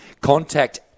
Contact